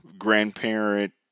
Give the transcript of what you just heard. grandparent